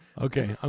Okay